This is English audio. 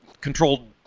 controlled